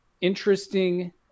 interesting